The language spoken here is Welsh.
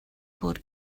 bod